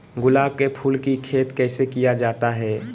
गुलाब के फूल की खेत कैसे किया जाता है?